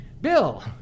Bill